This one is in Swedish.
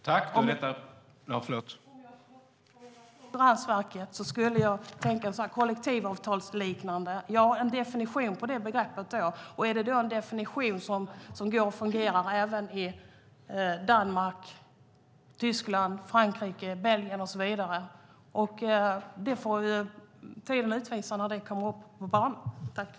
Om jag representerade Konkurrensverket skulle jag tänka på om det finns en definition av begreppet kollektivavtalsliknande som kan fungera även i Danmark, Tyskland, Frankrike, Belgien och så vidare. Tiden får utvisa när den kommer upp på banan.